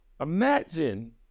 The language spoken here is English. Imagine